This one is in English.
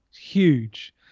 Huge